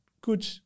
good